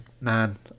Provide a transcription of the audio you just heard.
man